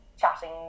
chatting